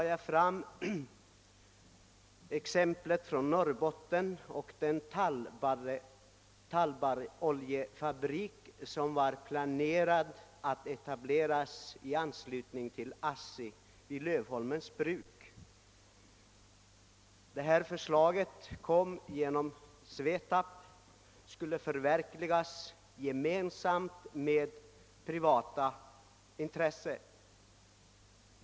Låt mig anföra exemplet från Norrbotten med den tallbarroljefabrik som var planerad att etableras i anslutning till ASSI vid Lövholmens bruk Förslaget kom genom Svetab och projektet skulle förverkligas i samarbete med privata intressen.